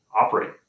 operate